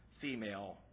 female